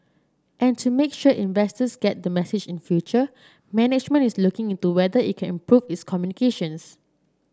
and to make sure investors get the message in future management is looking into whether it can improve its communications